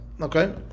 Okay